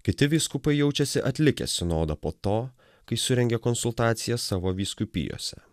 kiti vyskupai jaučiasi atlikę sinodą po to kai surengė konsultacijas savo vyskupijose